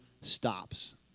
stops